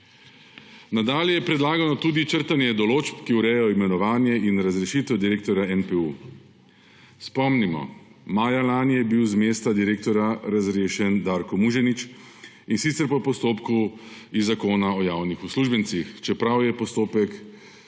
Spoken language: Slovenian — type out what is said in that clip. Nadalje je predlagano tudi črtanje določb, ki urejajo imenovanje in razrešitev direktorja NPU. Spomnimo, maja lani je bil z mesta direktorja razrešen Darko Muženič, in sicer po postopku iz Zakona o javnih uslužbencih, čeprav postopek